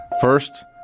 First